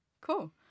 cool